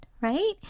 right